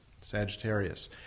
Sagittarius